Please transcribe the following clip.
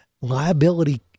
liability